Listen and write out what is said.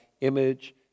image